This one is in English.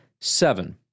seven